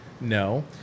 No